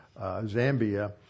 Zambia